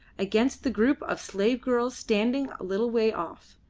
against the group of slave-girls standing a little way off,